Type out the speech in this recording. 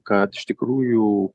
kad iš tikrųjų